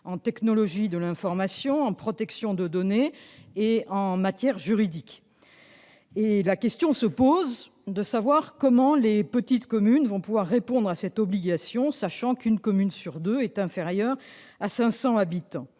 en technologies de l'information, en protection de données et dans le domaine juridique. La question se pose de savoir comment les petites communes vont pouvoir répondre à cette obligation, sachant que la population d'une commune sur deux est inférieure à 500 habitants.